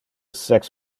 sex